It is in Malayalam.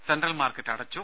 സെൻട്രൽ മാർക്കറ്റ് അടച്ചു